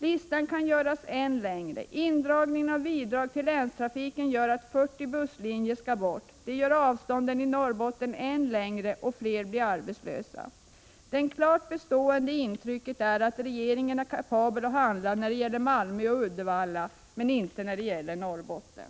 Listan kan göras än längre. På grund av indragningen av bidrag till länstrafiken skall 40 busslinjer bort. Det gör avstånden i Norrbotten än längre, och fler blir arbetslösa. Det klart bestående intrycket är att regeringen är kapabel att handla när det gäller Malmö och Uddevalla men inte när det gäller Norrbotten.